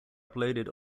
uploaded